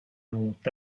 l’ont